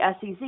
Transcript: SEC